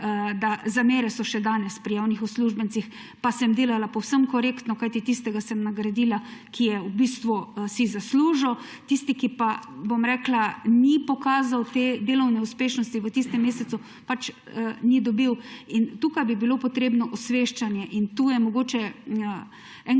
da zamere so še danes pri javnih uslužbencih. Pa sem delala povsem korektno, kajti nagradila sem tistega, ki si je v bistvu zaslužil. Tisti, ki pa ni pokazal te delovne uspešnosti v tistem mesecu, pač ni dobil. In tukaj bi bilo potrebno osveščanje in tu je mogoče en